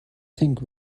think